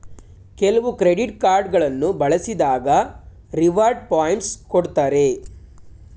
ಕೆಲವು credit card ಗಳನ್ನು ಬಳಸಿದಾಗ ರಿವಾರ್ಡ್ ಪಾಯಿಂಟ್ಸ್ ಕೊಡ್ತಾರೆ